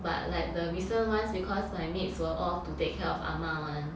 but like the recent ones because my maids were all to take care of ah ma [one]